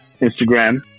Instagram